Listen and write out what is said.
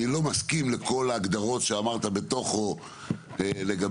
אני לא מסכים לכל ההגדרות שאמרת בתוכו לגבי